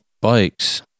bikes